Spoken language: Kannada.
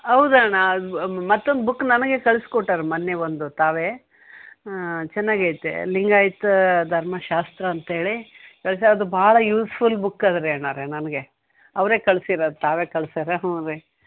ಹೌದ್ ಅಣ್ಣ ಬ ಮತ್ತೊಂದು ಬುಕ್ ನನಗೆ ಕಳ್ಸಿಕೊಟ್ಟಾರೆ ಮೊನ್ನೆ ಒಂದು ತಾವೇ ಚೆನ್ನಾಗಿ ಐತೆ ಲಿಂಗಾಯಿತ ಧರ್ಮಶಾಸ್ತ್ರ ಅಂತೇಳಿ ಕಳ್ಸಿ ಅದು ಭಾಳ ಯೂಸ್ಫುಲ್ ಬುಕ್ ಅದ ರಿ ಅಣ್ಣಾವ್ರೆ ನನಗೆ ಅವರೇ ಕಳ್ಸಿರೋದು ತಾವೇ ಕಳ್ಸ್ಯಾರೆ ಹ್ಞೂ ರೀ